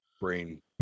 Brain